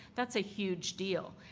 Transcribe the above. that's a huge deal.